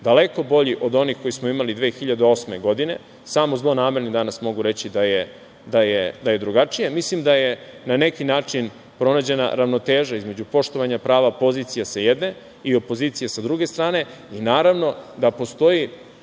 daleko bolji od onih koje smo imali 2008. godine, samo zlonamerni danas mogu reći da je drugačije. Mislim da je, na neki način, pronađena ravnoteža između poštovanja prava pozicije, sa jedne, i opozicije, sa druge strane. Naravno, postoji